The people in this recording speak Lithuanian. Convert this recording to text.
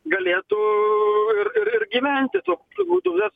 galėtų ir ir gyventi tokiu būdu bet